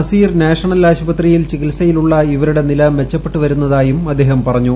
Asir national ആശുപത്രിയിൽ ചികിത്സയിലുള്ള ഇവരുടെ നില മെച്ചപ്പെട്ടുവരുന്നതായും അദ്ദേഹം പറഞ്ഞു